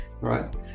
right